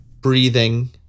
breathing